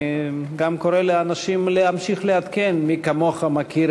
אני גם קורא לאנשים להמשיך ולעדכן מי כמוך מכיר